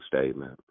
statement